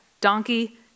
Donkey